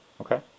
Okay